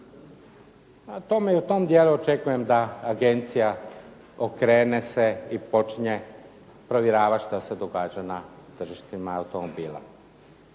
A u tome dijelu očekujem da agencija okrene se i počinje provjeravati što se događa na tržištima automobila.